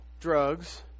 drugs